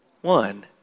one